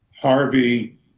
Harvey